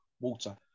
water